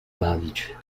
bawić